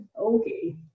Okay